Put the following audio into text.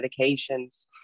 medications